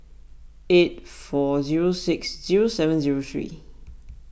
eight four zero six zero seven zero three